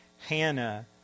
Hannah